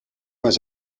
was